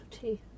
tea